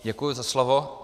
Děkuji za slovo.